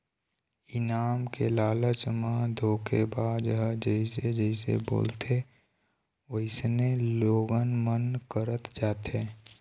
इनाम के लालच म धोखेबाज ह जइसे जइसे बोलथे वइसने लोगन मन करत जाथे